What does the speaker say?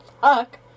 Fuck